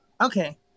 Okay